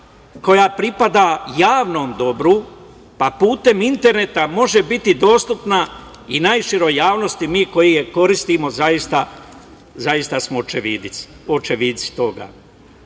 koja pripada javnom dobru pa putem interneta može biti dostupna i najširoj javnosti. Mi koji je koristimo zaista smo očevici toga.